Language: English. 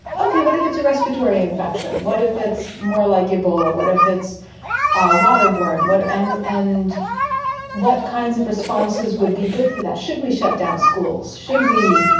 ok, what if it's a respiratory infection? what if it's more like ebola? what if it's waterborne? what? and and what kinds of responses would be good for that? should we shut down schools? should we.